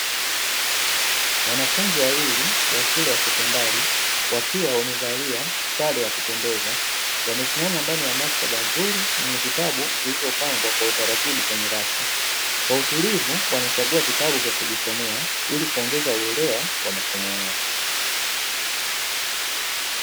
Wanafunzi wawili wa shule ya sekondari, wakiwa wamevalia sare ya kupendeza. Wamesimama ndani ya maktaba nzuri, yenye vitabu vilivyopangwa kwa utaratibu, kwenye rafu. Kwa utulivu wanachambua vitabu vya kujisomea, ili kuongeza uelewa wamasomo yao.